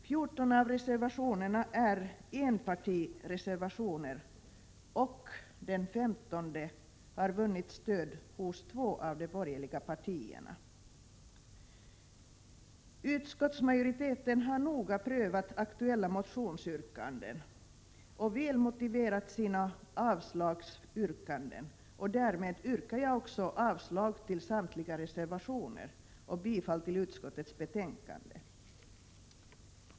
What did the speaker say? Fjorton av reservationerna är enpartireservationer, och den femtonde har vunnit stöd hos två av de borgerliga partierna. Utskottsmajoriteten har noga prövat aktuella motionsyrkanden och väl motiverat sina avslagsyrkanden, och därmed yrkar jag också avslag på samtliga reservationer och bifall till utskottets hemställan.